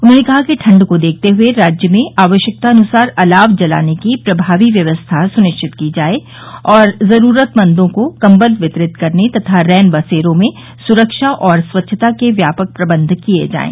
उन्होंने कहा कि ठण्ड को देखर्त हुए राज्य में आवश्यकतानुसार अलाव जलाने की प्रभावी व्यवस्था सुनिश्चित की जाये और जरूरतमंदों को कम्बल वितरित करने तथा रैन बसेरों में सुरक्षा और स्वच्छता के व्यापक प्रबंध किये जाये